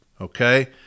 okay